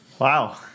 Wow